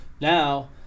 now